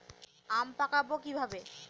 আম পাকাবো কিভাবে?